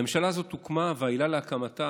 הממשלה הזאת הוקמה, והעילה להקמתה